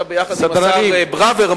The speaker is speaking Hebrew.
ביחד עם השר ברוורמן,